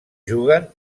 juguen